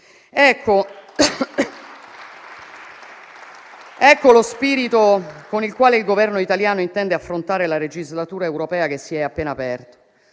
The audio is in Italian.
Ecco lo spirito con il quale il Governo italiano intende affrontare la legislatura europea che si è appena aperta.